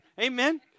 Amen